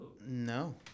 No